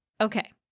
Okay